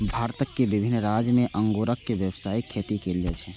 भारतक विभिन्न राज्य मे अंगूरक व्यावसायिक खेती कैल जाइ छै